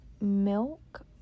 milk